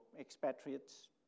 expatriates